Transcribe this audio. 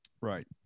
Right